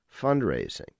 fundraising